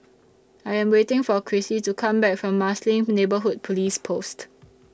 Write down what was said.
I Am waiting For Krissy to Come Back from Marsiling Neighbourhood Police Post